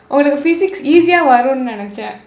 ஒரு:oru physics easy-aa வரும் நினைச்சேன்:varum ninaichseen